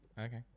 Okay